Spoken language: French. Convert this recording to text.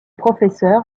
professeur